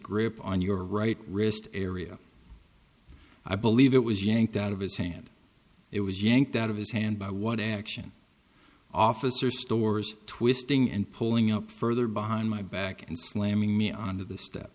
grip on your right wrist area i believe it was yanked out of his hand it was yanked out of his hand by one action officer stores twisting and pulling up further behind my back and slamming me on to the st